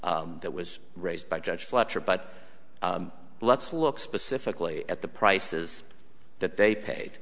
that was raised by judge fletcher but let's look specifically at the prices that they paid